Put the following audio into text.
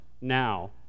now